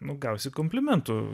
nukausiu komplimentų